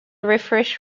refresh